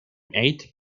eight